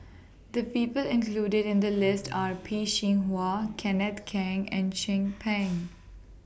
The People included in The list Are Peh Chin Hua Kenneth Keng and Chin Peng